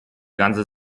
ganze